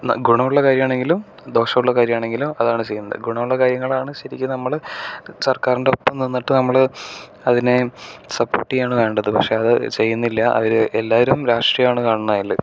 ഗുണമുള്ള കാര്യമാണെങ്കിലും ദോഷമുള്ള കാര്യമാണെങ്കിലും അതാണ് ചെയ്യുന്നത് ഗുണമുള്ള കാര്യങ്ങളാണ് ശെരിക്കും നമ്മള് സർക്കാരിൻ്റെ ഒപ്പം നിന്നിട്ട് നമ്മള് അതിനെ സപ്പോട്ട് ചെയ്യാണ് വേണ്ടത് പക്ഷെ അത് ചെയ്യുന്നില്ല അവര് എല്ലാവരും രാഷ്ട്രീയാണ് കാണുന്നത് അതില്